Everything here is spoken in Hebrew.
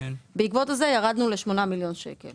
בעקבות זה ירדנו ל-8 מיליון שקל